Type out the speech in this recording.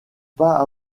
pas